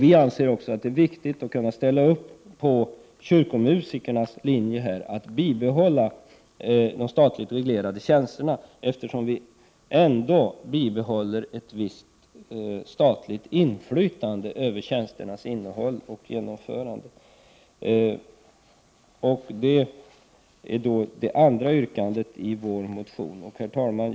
Vi anser också att det är viktigt att kunna ställa upp på kyrkomusikernas linje att bibehålla de statligt reglerade tjänsterna, eftersom vi ändå bibehåller ett visst statligt inflytande över tjänsternas innehåll och över genomförandet. Det handlar om det andra yrkandet i vår motion. Herr talman!